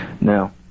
Now